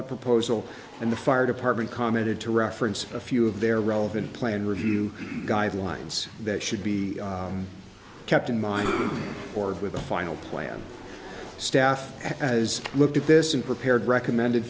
the proposal and the fire department commented to reference a few of their relevant plan review guidelines that should be kept in mind or with a final plan staff as looked at this in prepared recommended